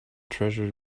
treasure